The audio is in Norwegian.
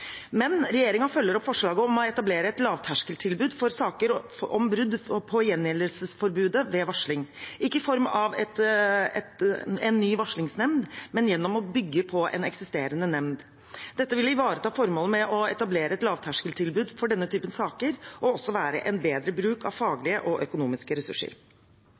følger opp forslaget om å etablere et lavterskeltilbud for saker om brudd på gjengjeldelsesforbudet ved varsling, ikke i form av en ny varslingsnemnd, men gjennom å bygge på en eksisterende nemnd. Dette vil ivareta formålet med å etablere et lavterskeltilbud for denne typen saker og vil også være en bedre bruk av faglige og økonomiske ressurser.